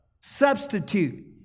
substitute